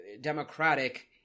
democratic